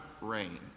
rain